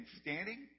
standing